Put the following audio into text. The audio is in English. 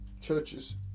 churches